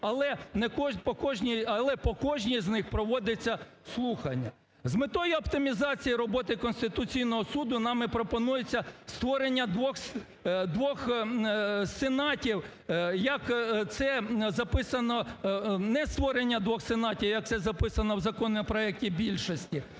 але по кожній з них проводяться слухання. З метою оптимізації роботи Конституційного Суду, нами пропонується створення двох сенатів, як це записано, не створення двох